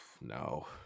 No